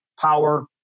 power